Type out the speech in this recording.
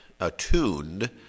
attuned